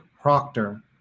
Proctor